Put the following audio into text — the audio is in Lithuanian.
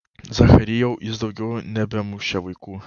zacharijau jis daugiau nebemušė vaikų